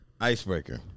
Icebreaker